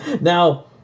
Now